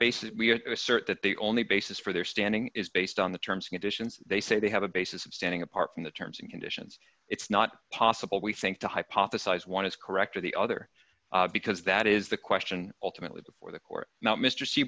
assert that the only basis for their standing is based on the terms conditions they say they have a basis of standing apart from the terms and conditions it's not possible we think to hypothesize one is correct or the other because that is the question ultimately before the court not mr se